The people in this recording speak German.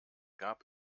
gab